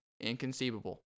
Inconceivable